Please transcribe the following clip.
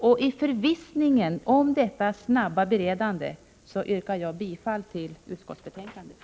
I förvissningen om detta snabba beredande yrkar jag bifall till utskottets hemställan.